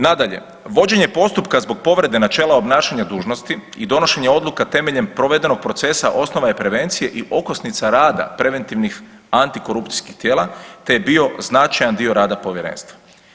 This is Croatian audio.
Nadalje, vođenje postupka zbog povrede načela obnašanja dužnosti i donošenje odluka temeljem provedenog procesa osnova je prevencije i okosnica rada preventivnih antikorupcijskih tijela te je bio značajan dio rada povjerenstva.